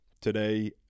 today